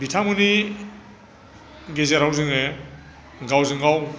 बिथांमोननि गेजेराव जोङो गावजों गाव